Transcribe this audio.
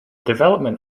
development